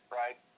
right